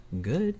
Good